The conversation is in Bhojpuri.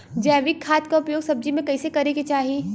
जैविक खाद क उपयोग सब्जी में कैसे करे के चाही?